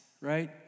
right